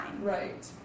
Right